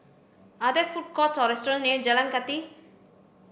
are there food courts or restaurants near Jalan Kathi